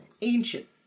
ancient